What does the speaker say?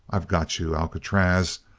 i've got you, alcatraz.